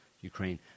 Ukraine